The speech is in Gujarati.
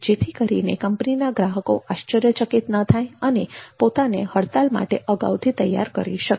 જેથી કરીને કંપનીના ગ્રાહકો આશ્ચર્યચકિત ન થાય અને પોતાને હડતાલ માટે અગાઉથી તૈયાર કરી શકે